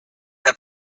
that